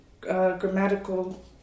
grammatical